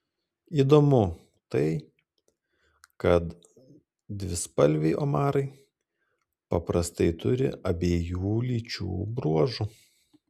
įdomu tai kad dvispalviai omarai paprastai turi abiejų lyčių bruožų